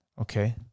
Okay